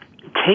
take